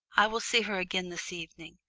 i will see her again this evening,